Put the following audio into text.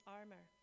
armor